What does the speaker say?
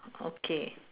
okay